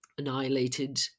annihilated